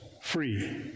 free